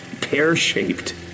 pear-shaped